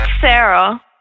Sarah